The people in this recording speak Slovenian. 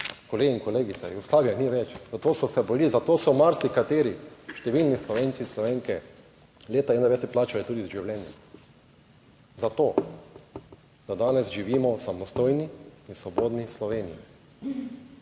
Kolegi in kolegice, Jugoslavije ni več, zato so se borili, zato so marsikateri, številni Slovenci in Slovenke leta 1991 plačali tudi z življenjem, zato, da danes živimo v samostojni in svobodni Sloveniji.